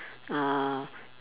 uh